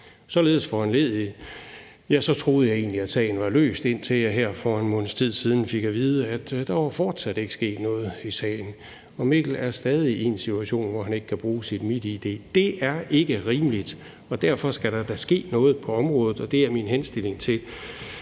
Således foranlediget troede jeg egentlig, at sagen var løst, indtil jeg her for en måneds tid siden fik at vide, at der fortsat ikke var sket noget i sagen og Mikkel er stadig i en situation, hvor han ikke kan bruge sit MitID. Det er ikke rimeligt, og derfor skal der da ske noget på området, og det er min henstilling til